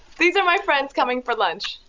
these are my friends coming for lunch,